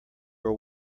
are